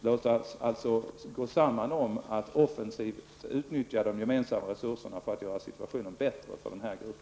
Låt oss alltså tillsammans offensivt utnyttja de gemensamma resurserna för att göra situationen bättre för den här gruppen.